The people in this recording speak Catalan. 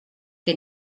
que